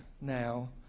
now